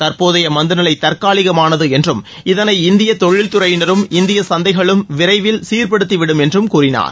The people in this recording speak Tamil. தற்போதைய மந்த நிலை தற்காலிகமானது என்றும் இதனை இந்திய தொழில்துறையினரும் இந்திய சந்தைகளும் விரைவில் சீர்படுத்திவிடும் என்றும் கூறினார்